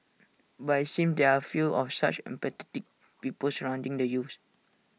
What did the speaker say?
but IT seems there are few of such empathetic people surrounding the youths